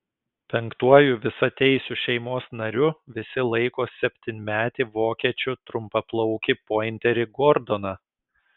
penktuoju visateisiu šeimos nariu visi laiko septynmetį vokiečių trumpaplaukį pointerį gordoną